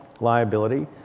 liability